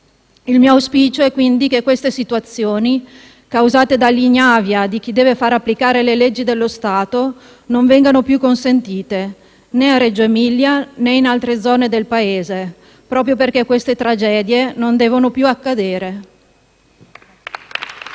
Il mio auspicio, quindi, è che certe situazioni, causate dall'ignavia di chi deve far applicare le leggi dello Stato, non vengano più consentite, né a Reggio Emilia, né in altre zone del Paese, proprio perché queste tragedie non devono più accadere. *(Applausi